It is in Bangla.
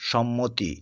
সম্মতি